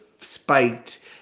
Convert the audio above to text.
spiked